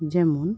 যেমন